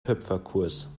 töpferkurs